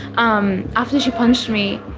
um after she punched me.